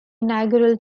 inaugural